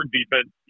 defense